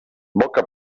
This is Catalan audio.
boca